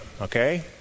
Okay